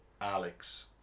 Alex